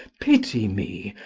pity me,